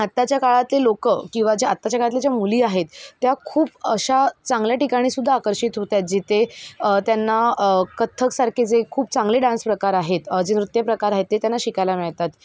आत्ताच्या काळातले लोकं किंवा जे आत्ताच्या काळातल्या ज्या मुली आहेत त्या खूप अशा चांगल्या ठिकाणीसुद्धा आकर्षित होत आहेत जिथे त्यांना कथ्थकसारखे जे खूप चांगले डान्स प्रकार आहेत जे नृत्य प्रकार आहेत ते त्यांना शिकायला मिळतात